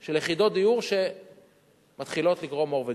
של יחידות דיור שמתחילות לקרום עור וגידים.